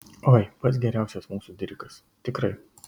oi pats geriausias mūsų dirikas tikrai